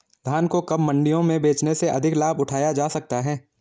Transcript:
धान को कब मंडियों में बेचने से अधिक लाभ उठाया जा सकता है?